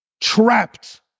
trapped